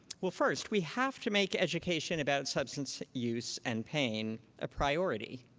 well, first, we have to make education about substance use and pain a priority,